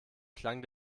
klang